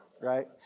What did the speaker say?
right